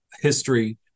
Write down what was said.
history